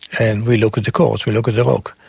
and we look at the cores, we look at the rock.